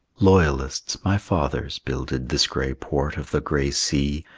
loyalists, my fathers, builded this gray port of the gray sea,